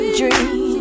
dream